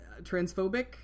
transphobic